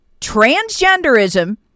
transgenderism